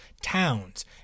towns